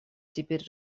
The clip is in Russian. теперь